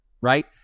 right